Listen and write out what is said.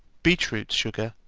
beetroot-sugar,